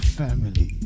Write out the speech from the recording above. family